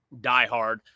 diehard